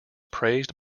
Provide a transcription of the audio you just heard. praised